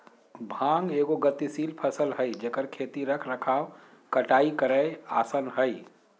भांग एगो गतिशील फसल हइ जेकर खेती रख रखाव कटाई करेय आसन हइ